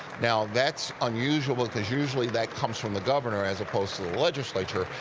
now, that's unusual because usually that comes from the governor as opposed to the legislature,